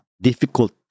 difficult